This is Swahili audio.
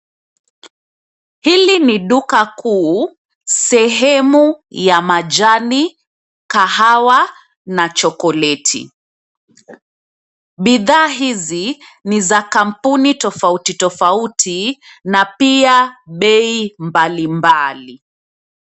Hili ni duka kuu sehemu ya majani, kahawia na chokoleti. Bidhaa hizi ni za kampuni tofauti tofauti na pia bei mbalimbali.